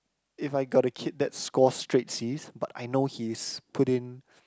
if I got the kid that score straight C's but I know he's put in